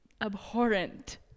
abhorrent